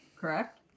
correct